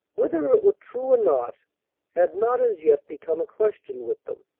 whether it were true or not had not as yet become a question with them.